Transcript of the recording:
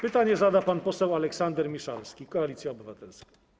Pytanie zada pan poseł Aleksander Miszalski, Koalicja Obywatelska.